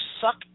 suck